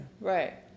Right